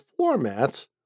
formats